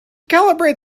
calibrate